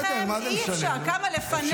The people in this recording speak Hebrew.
תדייקי, תלמדי קודם כול את החוק.